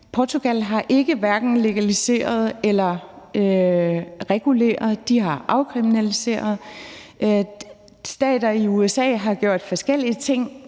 Portugal har hverken legaliseret eller reguleret; de har afkriminaliseret. Stater i USA har gjort forskellige ting,